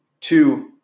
Two